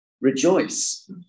Rejoice